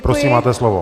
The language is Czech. Prosím, máte slovo.